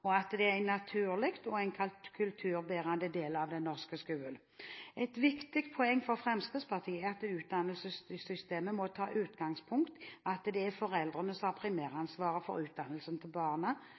og at det er en naturlig og kulturbærende del av den norske skolen. Et viktig poeng for Fremskrittspartiet er at utdannelsessystemet må ta utgangspunkt i at det er foreldrene som har